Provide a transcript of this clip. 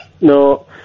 No